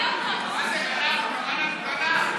אני מגן על חבר, לא מפריע לו.